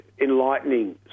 enlightening